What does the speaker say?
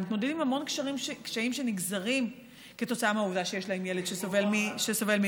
הם מתמודדים עם המון קשיים שנגזרים מהעובדה שיש להם ילד שסובל מלקות.